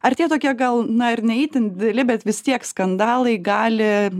ar tie tokie gal na ir ne itin dideli bet vis tiek skandalai gali